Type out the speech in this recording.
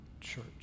church